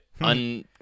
un-